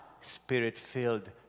spirit-filled